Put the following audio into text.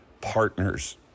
partners